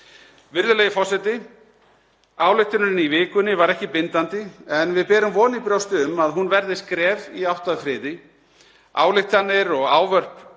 Virðulegi forseti. Ályktunin í vikunni var ekki bindandi en við berum von í brjósti um að hún verði skref í átt að friði. Ályktanir og ávörp